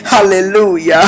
Hallelujah